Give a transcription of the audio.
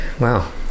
wow